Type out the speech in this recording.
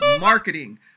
marketing